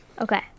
Okay